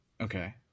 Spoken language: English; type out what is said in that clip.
okay